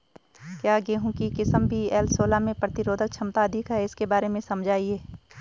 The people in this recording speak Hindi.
क्या गेहूँ की किस्म वी.एल सोलह में प्रतिरोधक क्षमता अधिक है इसके बारे में समझाइये?